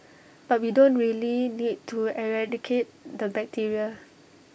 but we don't really need to eradicate the bacteria